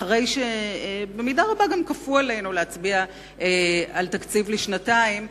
ואחרי שבמידה רבה גם כפו עלינו להצביע על תקציב לשנתיים,